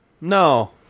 no